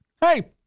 hey